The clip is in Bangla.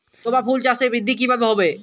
জবা ফুল চাষে বৃদ্ধি কিভাবে হবে?